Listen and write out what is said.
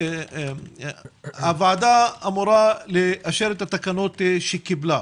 הוועדה אמור לאשר את התקנות שקיבלה,